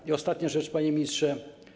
I ostatnia rzecz, panie ministrze.